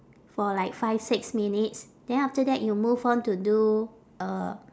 for like five six minutes then after that you move on to do uh